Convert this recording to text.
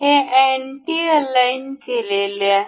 हे anti align केलेले आहे